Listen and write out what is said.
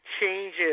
changes